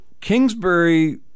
Kingsbury